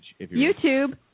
YouTube